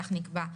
כך נקבע,